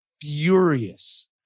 furious